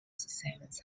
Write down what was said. seventh